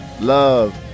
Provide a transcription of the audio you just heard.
love